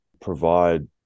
provide